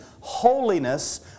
holiness